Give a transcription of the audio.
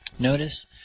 Notice